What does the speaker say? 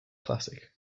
classic